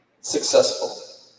successful